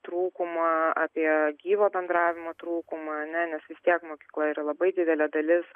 trūkumą apie gyvo bendravimo trūkumą ne nes vis tiek mokykla yra labai didelė dalis